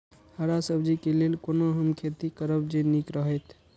हरा सब्जी के लेल कोना हम खेती करब जे नीक रहैत?